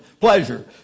pleasure